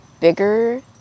bigger